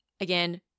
Again